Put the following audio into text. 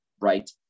right